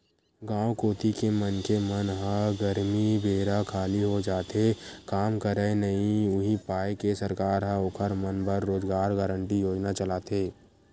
गाँव कोती के मनखे मन ह गरमी बेरा खाली हो जाथे काम राहय नइ उहीं पाय के सरकार ह ओखर मन बर रोजगार गांरटी योजना चलाथे